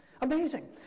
Amazing